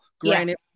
Granted